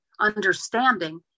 understanding